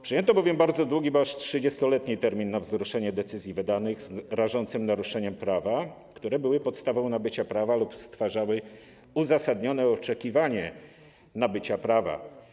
Przyjęto bowiem bardzo długi, bo aż 30-letni, termin na wzruszenie decyzji wydanych z rażącym naruszeniem prawa, które były podstawą nabycia prawa lub stwarzały uzasadnione oczekiwanie nabycia prawa.